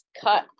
cut